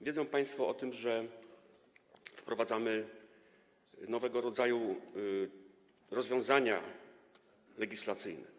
Wiedzą państwo o tym, że wprowadzamy nowego rodzaju rozwiązania legislacyjne.